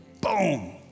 boom